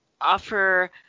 offer